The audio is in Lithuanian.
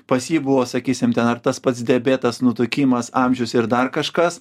pas jį buvo sakysim ten ar tas pats diabetas nutukimas amžius ir dar kažkas